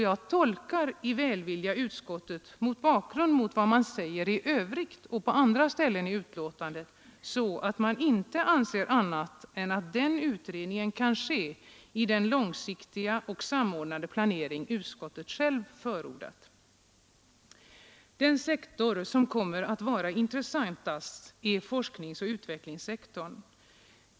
Jag tolkar i välvilja utskottets skrivning mot bakgrund av vad man säger på andra ställen i betänkandet så, att utskottet inte anser annat än att den utredningen kan ske i den långsiktiga och samordnade planering som utskottet självt förordat. Den sektor som kommer att vara intressantast är forskningsoch utvecklingssektorn.